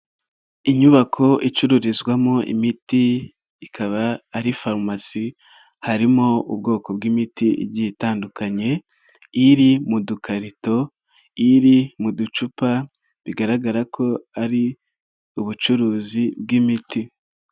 inyubako icururizwamo imiti ikaba ari farumasi, harimo ubwoko bw'imiti igiye itandukanye iri mu dukarito, iri mu ducupa bigaragara ko ari ubucuruzi bw'imiti.